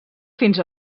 fins